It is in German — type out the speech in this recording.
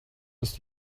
ist